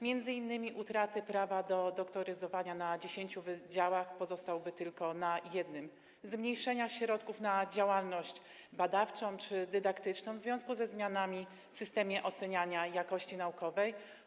Między innymi utraty prawa do doktoryzowania na 10 wydziałach, bo pozostałoby ono tylko na jednym, zmniejszenia środków na działalność badawczą czy dydaktyczną w związku ze zmianami w systemie oceniania jakości naukowej.